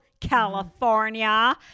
California